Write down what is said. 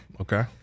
Okay